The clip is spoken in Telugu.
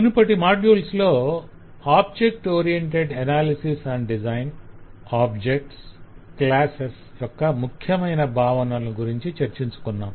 మునుపటి మాడ్యుల్స్ లో object oriented analysis and design objects classes యొక్క ముఖ్యమైన భావనల గురించి చర్చించుకున్నాం